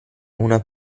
una